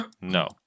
No